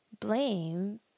blame